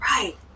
Right